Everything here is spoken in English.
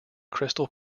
crystal